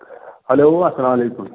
hello اسلام علیکُم